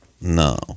No